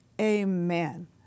Amen